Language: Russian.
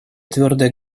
твердое